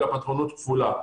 אלא פטרונות כפולה.